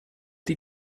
die